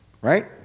right